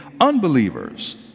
unbelievers